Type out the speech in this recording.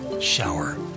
shower